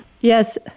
Yes